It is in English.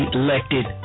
elected